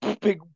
big